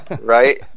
Right